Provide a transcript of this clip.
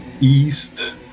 east